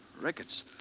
Ricketts